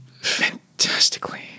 fantastically